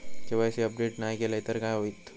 KYC update नाय केलय तर काय होईत?